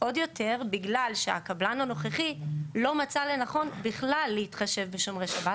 עוד יותר בגלל שהקבלן הנוכחי לא מצא לנכון להתחשב בשומרי שבת.